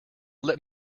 let